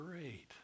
great